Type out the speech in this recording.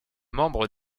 membre